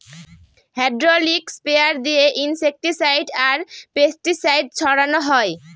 hydraulic sprayer দিয়ে insecticide আর pesticide ছড়ানো হয়